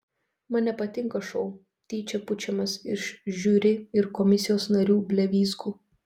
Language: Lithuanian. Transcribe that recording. man nepatinka šou tyčia pučiamas iš žiuri ir komisijos narių blevyzgų